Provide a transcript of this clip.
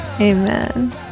Amen